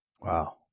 Wow